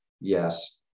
Yes